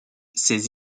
ces